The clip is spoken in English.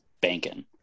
banking